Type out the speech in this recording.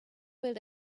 build